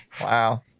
Wow